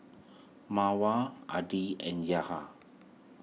Mawar Adi and Yahya